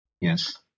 Yes